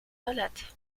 ballett